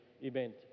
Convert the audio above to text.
event